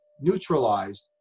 neutralized